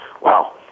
Wow